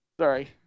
Sorry